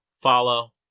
follow